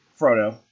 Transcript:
Frodo